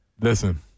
Listen